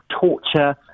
torture